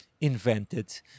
invented